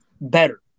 better